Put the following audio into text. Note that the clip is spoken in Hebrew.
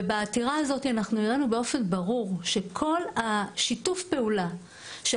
ובעתירה הזאת אנחנו הראינו באופן ברור שכל שיתוף הפעולה של